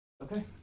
Okay